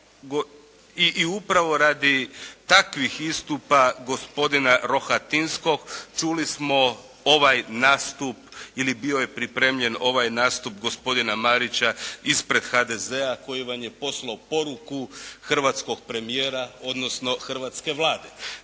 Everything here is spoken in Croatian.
i upravo radi takvih istupa gospodina Rohatinskog čuli smo ovaj nastup ili bio je pripremljen ovaj nastup godina Marića ispred HDZ-a koji vam je poslao poruku hrvatskog premijera odnosno hrvatske Vlade.